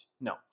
No